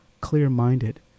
clear-minded